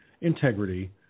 integrity